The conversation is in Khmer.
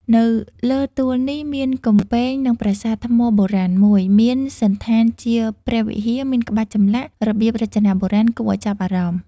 នៅលើទួលនេះ មានកំពែងនឹងប្រាសាទថ្មបុរាណមួយ មានសណ្ឋានជាព្រះវិហារ មានក្បាច់ចម្លាក់ របៀបរចនាបុរាណ គួរឲ្យចាប់អារម្មណ៍ ។